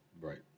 Right